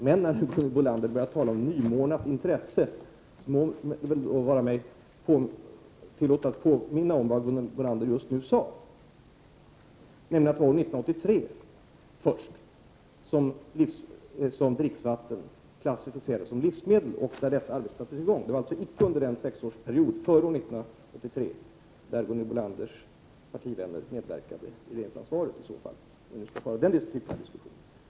Men när Gunhild Bolander börjar tala om nymornat intresse, må det vara mig tillåtet att påminna om vad Gunhild Bolander själv just sade, nämligen att det var först år 1983 som dricksvatten klassificerades som livsmedel och detta arbete sattes i gång. Det skedde alltså icke under den sexårsperiod före 1983 då Gunhild Bolanders partivänner medverkade i regeringsansvar — om vi nu skall föra den typen av diskussion.